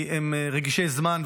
כי הם רגישים לזמן,